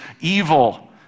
evil